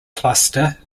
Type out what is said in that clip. cluster